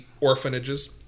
orphanages